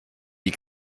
die